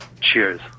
Cheers